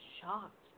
shocked